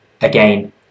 Again